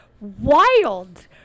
wild